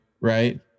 Right